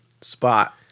spot